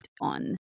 on